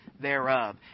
Thereof